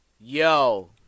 Yo